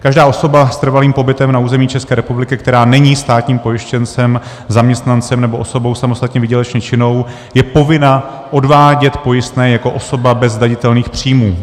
Každá osoba s trvalým pobytem na území České republiky, která není státním pojištěncem, zaměstnancem nebo osobou samostatně výdělečně činnou, je povinna odvádět pojistné jako osoba bez zdanitelných příjmů.